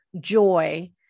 joy